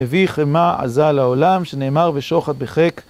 מביא חימה עזה לעולם, שנאמר ושוחד בחיק